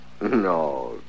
No